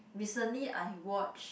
recently I watch